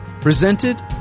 presented